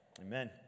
Amen